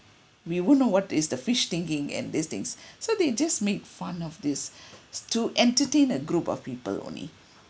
we won't know what is the fish thinking and these things so they just made fun of this to entertain a group of people only